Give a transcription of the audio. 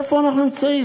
איפה אנחנו נמצאים?